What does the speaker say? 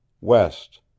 west